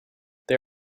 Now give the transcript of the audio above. they